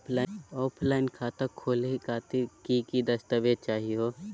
Offline खाता खोलहु खातिर की की दस्तावेज चाहीयो हो?